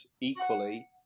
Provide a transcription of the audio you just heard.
equally